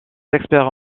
experts